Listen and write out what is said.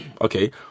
okay